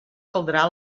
caldrà